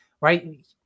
right